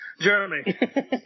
Jeremy